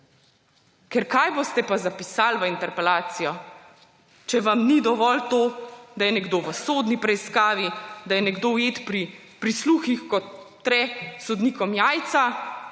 Ker kaj boste pa zapisali v interpelacijo, če vam ni dovolj to, da je nekdo v sodni preiskavi, da je nekdo ujet pri prisluhih, ko tre sodnikom jajca,